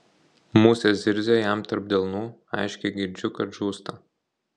musė zirzia jam tarp delnų aiškiai girdžiu kad žūsta